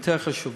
יותר חשובים.